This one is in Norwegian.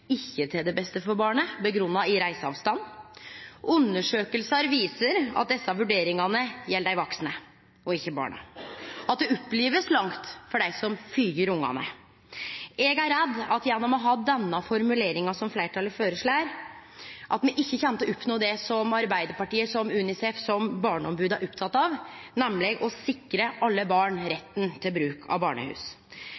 ikkje til det beste for barnet grunngjeve i reiseavstand. Undersøkingar viser at desse vurderingane gjeld dei vaksne og ikkje barnet, og at det blir opplevd langt for dei som følgjer barna. Eg er redd for at me gjennom å ha den formuleringa som fleirtalet føreslår, ikkje kjem til å oppnå det som Arbeidarpartiet, som UNICEF og som Barneombodet er opptekne av, nemleg å sikre alle barn